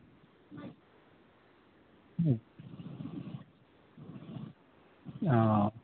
ᱦᱩᱸ ᱚ